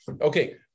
Okay